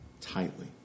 tightly